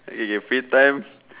okay okay free time